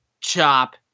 chop